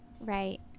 right